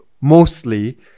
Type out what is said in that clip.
mostly